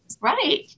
Right